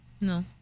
No